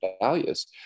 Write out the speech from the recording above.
values